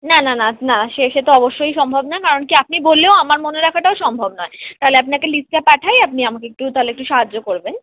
না না না না সে সে তো অবশ্যই সম্ভব নয় কারণ কি আপনি বললেও আমার মনে রাখাটাও সম্ভব নয় তাহলে আপনাকে লিস্টটা পাঠাই আপনি আমাকে একটু তাহলে একটু সাহায্য করবেন